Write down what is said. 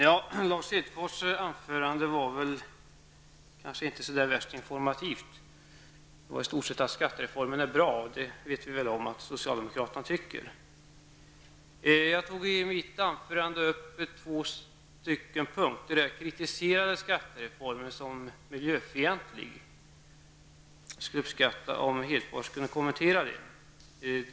Herr talman! Lars Hedfors anförande var inte så värst informativt. Det gick i stort sett ut på att skattereformen är bra. Det vet vi väl om att socialdemokraterna tycker. I mitt anförande tog jag upp två punkter där jag kritiserade skattereformen som miljöfientlig. Jag skulle uppskatta om Hedfors kunde kommentera det.